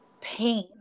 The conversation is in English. pain